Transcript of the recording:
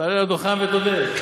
תעלה לדוכן ותודה.